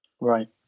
Right